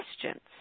questions